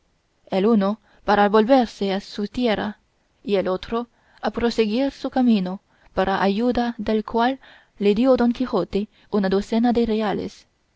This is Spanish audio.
el uno para volverse a su tierra y el otro a proseguir su camino para ayuda del cual le dio don quijote una docena de reales